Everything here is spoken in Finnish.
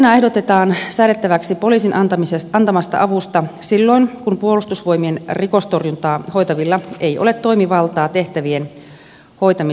uutena ehdotetaan säädettäväksi poliisin antamasta avusta silloin kun puolustusvoimien rikostorjuntaa hoitavilla ei ole toimivaltaa tehtä vien hoitamiseksi